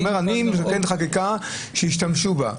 הוא אומר: אני מתקן חקיקה שישתמשו בה.